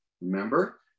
Remember